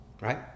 right